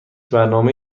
برنامه